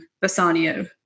Bassanio